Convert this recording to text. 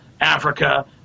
Africa